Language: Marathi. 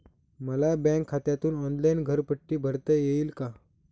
मला बँक खात्यातून ऑनलाइन घरपट्टी भरता येईल का?